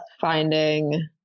finding